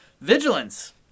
Vigilance